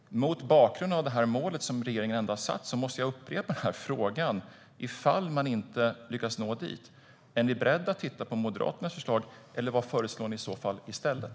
Mot bakgrund av det mål som regeringen har satt upp måste jag upprepa frågan: Ifall ni inte lyckas nå målet, är ni beredda att titta på Moderaternas förslag? Eller vad föreslår ni i stället?